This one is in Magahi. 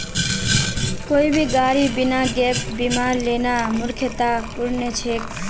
कोई भी गाड़ी बिना गैप बीमार लेना मूर्खतापूर्ण छेक